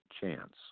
Chance